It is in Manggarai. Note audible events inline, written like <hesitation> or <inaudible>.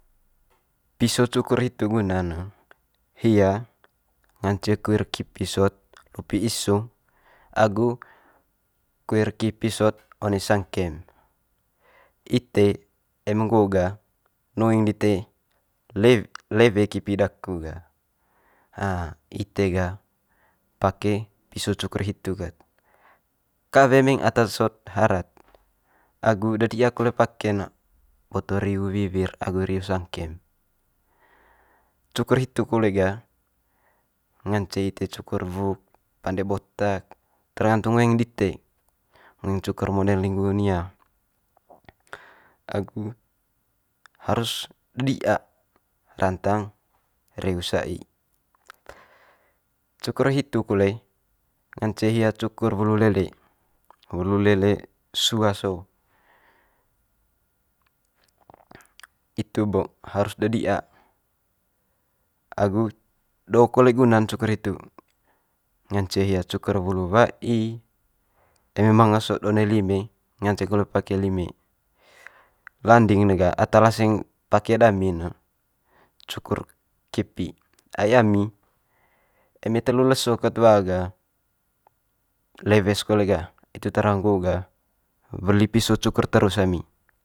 piso cukur hitu guna'n ne hia ngance kuir kipi sot lupi isung agu kuir kipi sot lupi isung agu kuir kipi sot one sangkem. Ite eme nggo ga nuing lite le- lewe kipi daku ga <hesitation> ite ga pake piso cukur hitu ked, kawe muing ata sot harat agu dedi'a kole pake'n ne boto reu wiwir agu reu sangkem. Cukur hitu kole ga ngance ite cukur wuk, pande botak tergantung ngoeng dite ngoeng cukur model nia agu harus di'a rantang reu sa'i. Cukur hitu kole ngance hia cukur wulu lele, wulu lele sua so'o. Itu bo harus dedi'a agu do kole guna'n cukur hitu ngance hia cukur wulu wa'i eme manga sot one lime ngance kole pake lime. Landing ne ga ata laseng pake dami ne cukur kipi, ai ami eme telu leso ket wa ga lewe's kole ga, itu tara nggo'o ga weli piso cukur terus ami.